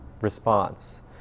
response